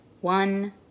one